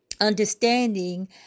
understanding